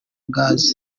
gaz